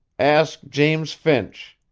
ask james finch.